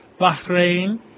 Bahrain